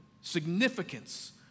Significance